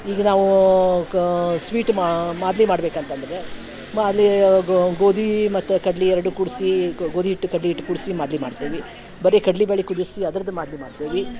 ಈಗ ನಾವ್ಯ್ ಕಾ ಸ್ವೀಟ್ ಮಾದಲಿ ಮಾಡ್ಬೇಕು ಅಂತಂದರೆ ಮಾದಲಿ ಗೋಧಿ ಮತ್ತು ಕಡ್ಲೆ ಎರಡು ಕೂಡಿಸಿ ಗೋಧಿ ಹಿಟ್ಟು ಕಡ್ಲೆ ಹಿಟ್ಟು ಕೂಡಿಸಿ ಮಾದಲಿ ಮಾಡ್ತೇವೆ ಬರಿ ಕಡ್ಲೆ ಬ್ಯಾಳೆ ಕುದಿಸಿ ಅದ್ರದ್ದು ಮಾದಲಿ ಮಾಡ್ತೇವೆ